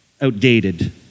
outdated